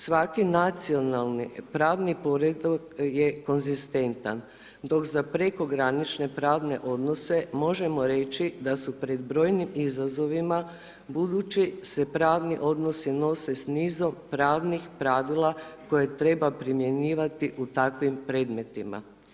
Svaki nacionalni pravni poredak je konzistentan dok za prekogranične pravne odnose možemo reći da su pred brojnim izazovima budući se pravni odnosi nose sa nizom pravnih pravila koje treba primjenjivati u takvim predmetima.